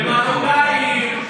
המרוקאים,